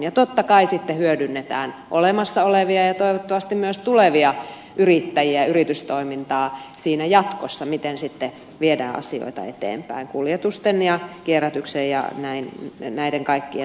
totta kai sitten hyödynnetään olemassa olevia ja toivottavasti myös tulevia yrittäjiä yritystoimintaa jatkossa siinä miten sitten viedään asioita eteenpäin kuljetusten ja kierrätyksen ja näiden kaikkien toimintojen osalta